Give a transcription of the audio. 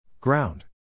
Ground